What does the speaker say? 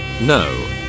No